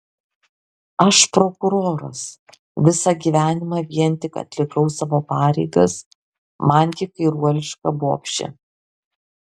aš prokuroras visą gyvenimą vien tik atlikau savo pareigas man ji kairuoliška bobšė